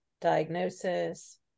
diagnosis